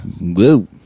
Woo